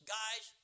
guys